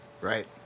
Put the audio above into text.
Right